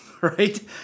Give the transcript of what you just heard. right